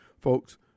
folks